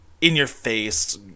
in-your-face